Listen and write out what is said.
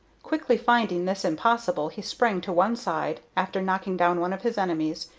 quickly finding this impossible, he sprang to one side, after knocking down one of his enemies,